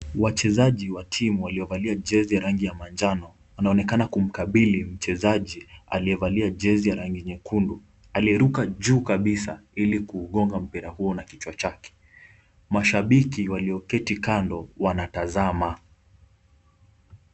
Wachezaji wa timu waliovalia jezi ya rangi ya manjano wanaonekana kumkabili mchezaji aliyevalia jezi ya rangi ya nyekundu aliyeruka juu kabisa ili kugonga mpira huo na kichwa chake. Mashabiki walioketi kando wanatazama.